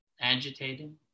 agitating